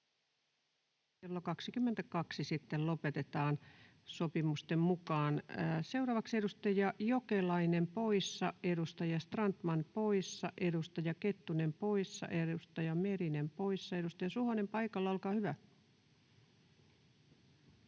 Kello 22 sitten lopetetaan sopimusten mukaan. — Seuraavaksi edustaja Jokelainen, poissa. Edustaja Strandman, poissa. Edustaja Kettunen, poissa. Edustaja Merinen, poissa. — Edustaja Suhonen, paikalla, olkaa hyvä.